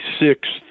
sixth